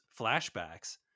flashbacks